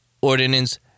ordinance